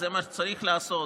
זה מה שצריך לעשות.